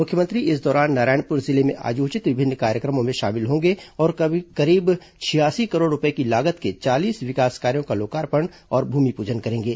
मुख्यमंत्री इस दौरान नारायणपुर जिले में आयोजित विभिन्न कार्यक्रमों में शामिल होंगे और करीब छियासी करोड़ रूपए की लागत के चालीस विकास कार्यों का लोकार्पण और भूमिपूजन करेंगे